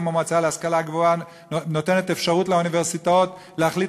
גם המועצה להשכלה גבוהה נותנת אפשרות לאוניברסיטאות להחליט